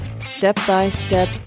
step-by-step